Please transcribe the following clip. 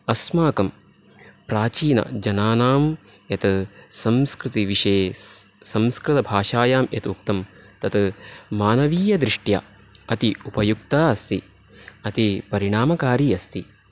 अस्माकं प्रचीनजनानां यत् संस्कृतिविषये संस्कृतभाषायां यत् उक्तम् तत् मानवीयदृष्ट्या अति उपयुक्ता अस्ति अति परिणामकारी अस्ति